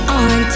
on